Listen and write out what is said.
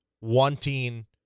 wanting